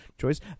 choice